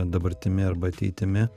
dabartimi arba ateitimi